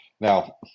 Now